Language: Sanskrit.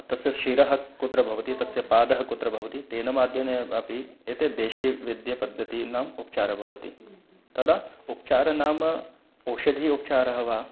तस्य शिरः कुत्र भवति तस्य पादः कुत्र भवति तेन माध्यमेन अपि एषः देशीयः वैद्यः पद्धतिः नाम् उपचारः भवति तदा उपचारः नाम औषधिः उपचारः वा